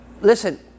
Listen